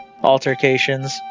altercations